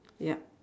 yup